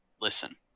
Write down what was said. listen